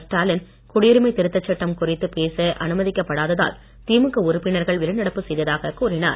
ஸ்டாலின் குடியுரிமை திருத்தச் சட்டம் குறித்து பேச அணுமதிக்கப் படாததால் திமுக உறுப்பினர்கள் வெளிநடப்பு செய்ததாக கூறினார்